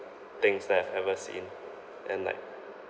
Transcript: things that I've ever seen and like